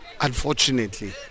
Unfortunately